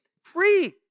Free